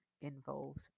involved